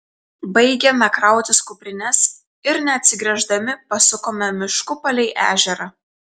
baigėme krautis kuprines ir neatsigręždami pasukome mišku palei ežerą